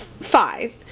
Five